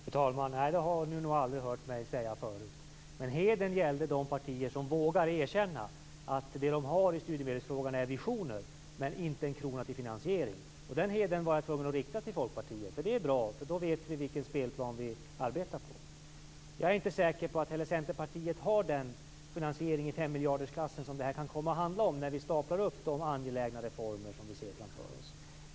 Fru talman! Nej, det har Sofia Jonsson nog aldrig hört mig säga förut. Men hedern gällde de partier som vågar erkänna att det de har i studiemedelsfrågan är visioner men inte en krona till finansiering. Den hedern var jag tvungen att ge till Folkpartiet, för det är bra. Då vet vi vilken spelplan vi arbetar på. Jag är inte säker på att heller Centerpartiet har den finansiering i femmiljardersklassen som det här kan komma att handla om när vi staplar upp de angelägna reformer som vi ser framför oss.